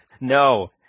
no